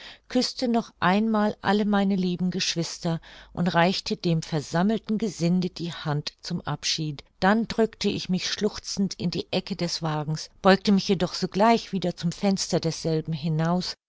küßte noch einmal alle meine lieben geschwister und reichte dem versammelten gesinde die hand zum abschied dann drückte ich mich schluchzend in die ecke des wagens beugte mich jedoch sogleich wieder zum fenster desselben hinaus